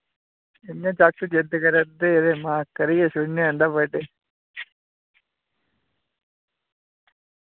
इ'य्यां जाकत जिद्द करा दे हे ते महां करी गै छोड़ने आं इं'दा बर्डे